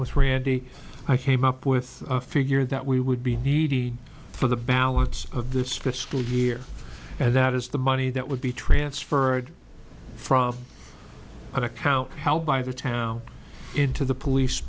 with randy i came up with a figure that we would be needed for the balance of this fiscal year and that is the money that would be transferred from a cow held by the town into the police